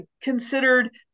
considered